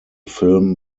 film